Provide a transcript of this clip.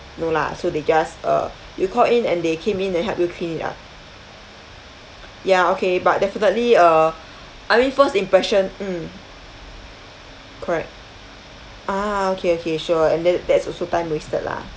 no lah so they just uh you called in and they came in and help you clean it up ya okay but definitely uh I mean first impression mm correct ah okay okay sure and then that's also time wasted lah